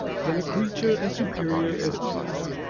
than a creature as superior as we are,